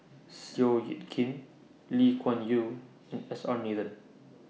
Seow Yit Kin Lee Kuan Yew and S R Nathan